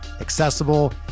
accessible